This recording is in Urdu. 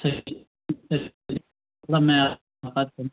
اچا مطب میںپقات کر